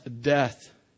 death